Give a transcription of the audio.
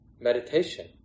meditation